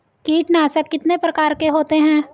कीटनाशक कितने प्रकार के होते हैं?